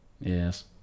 Yes